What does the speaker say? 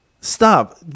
Stop